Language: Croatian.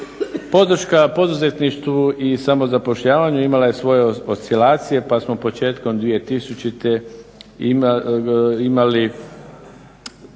Podrška poduzetništvu i samozapošljavanju imala je svoje oscilacije, pa smo početkom 2000. Imali